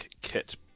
kit